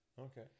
Okay